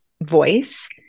voice